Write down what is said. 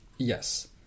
Yes